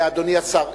אדוני השר,